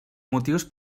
motius